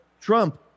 Trump